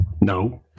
No